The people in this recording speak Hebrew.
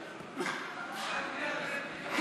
לא נתקבלה.